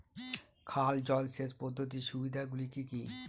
খাল জলসেচ পদ্ধতির সুবিধাগুলি কি কি?